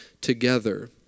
together